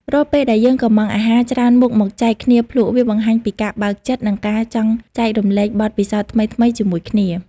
រាល់ពេលដែលយើងកម្ម៉ង់អាហារច្រើនមុខមកចែកគ្នាភ្លក់ វាបង្ហាញពីការបើកចិត្ត និងការចង់ចែករំលែកបទពិសោធន៍ថ្មីៗជាមួយគ្នា។